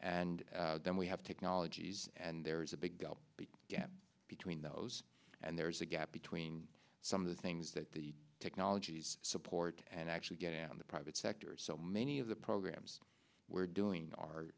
d then we have technologies and there's a big gap between those and there's a gap between some of the things that the technologies support and actually get out in the private sector so many of the programs we're doing are